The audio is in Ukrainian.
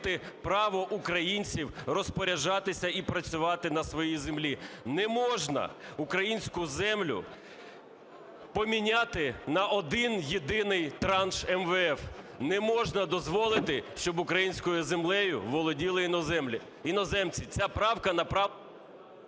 право українців розпоряджатись і працювати на своїй землі. Не можна українську землю поміняти на один єдиний транш МВФ, не можна дозволити, щоб українською землею володіли іноземці. Ця правка…